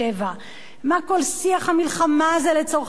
מה כל שיח המלחמה הזה לצורכי התעמולה?